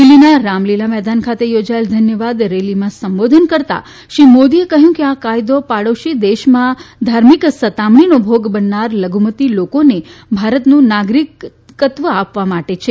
દિલ્ઠીના રામલીલા મેદાન ખાતે યોજાયેલી ધન્યવાદ રેલીમાં સંબોધન કરતાં શ્રી મોદીએ કહ્યું કે આ કાયદો પડોશી દેશમાં ધાર્મિક સતામણીનો ભોગ બનનાર લધુમતી લોકોને ભારતનું નાગરીકત્વ આપવા માટે છે